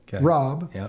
Rob